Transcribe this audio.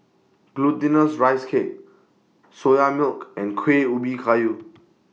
Glutinous Rice Cake Soya Milk and Kuih Ubi Kayu